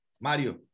Mario